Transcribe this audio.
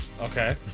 Okay